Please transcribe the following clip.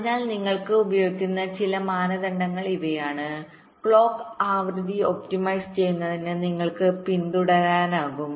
അതിനാൽ നിങ്ങൾക്ക് ഉപയോഗിക്കാവുന്ന ചില മാനദണ്ഡങ്ങൾ ഇവയാണ് ക്ലോക്ക് ആവൃത്തി ഒപ്റ്റിമൈസ് ചെയ്യുന്നതിന് നിങ്ങൾക്ക് പിന്തുടരാനാകും